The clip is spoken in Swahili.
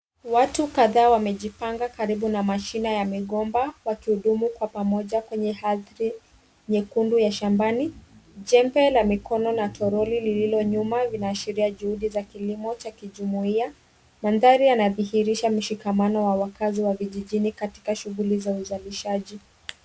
Watu kadhaa wamejipanga karibu na mashina ya migomba wakihudumu kwa pamoja kwenye ardhi nyekundu ya shambani. Jembe la mikono na toroli lililo nyuma linaashiria juhudi za kilimo cha kijumuiya, mandhari yanadhihirisha mshikamano wa wakaazi wa vijijini katika shughuli za uzalishaji.